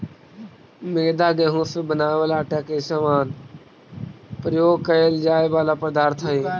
मैदा गेहूं से बनावल आटा के समान प्रयोग कैल जाए वाला पदार्थ हइ